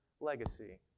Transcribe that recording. legacy